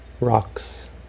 rocks